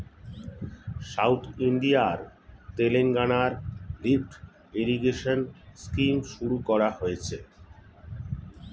south ইন্ডিয়ার তেলেঙ্গানায় lift irrigation scheme শুরু করা হয়েছে